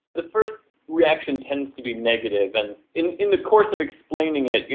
the first reaction tends to be negative. and in in the course of explaining it, you